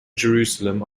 jerusalem